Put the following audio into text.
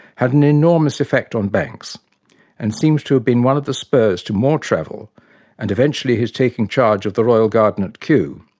had an enormous effect on banks and seems to have been one of the spurs to more travel and eventually his taking charge of the royal garden at kew,